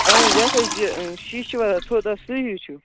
اَہَن حظ یَتھ حظ یہِ شیٖشہِ چھُ وۅتھان تھوٚد سُے ہیٛوٗ چھُ